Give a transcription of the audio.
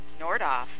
Nordoff